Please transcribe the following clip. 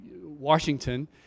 Washington